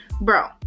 Bro